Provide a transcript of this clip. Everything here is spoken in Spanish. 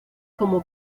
como